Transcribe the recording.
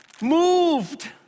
moved